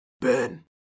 Ben